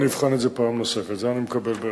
אני אבחן את זה פעם נוספת, את זה אני מקבל בהחלט.